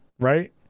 Right